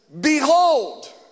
behold